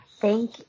Thank